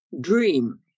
Dream